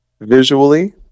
visually